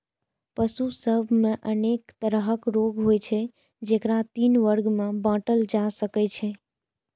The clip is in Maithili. पशु सभ मे अनेक तरहक रोग होइ छै, जेकरा तीन वर्ग मे बांटल जा सकै छै